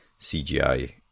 CGI